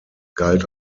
galt